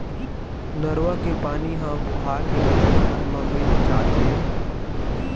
नरूवा के पानी ह बोहा के नदिया मन म मिल जाथे